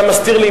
אתה מסתיר לי,